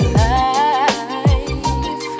life